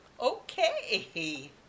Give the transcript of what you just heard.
okay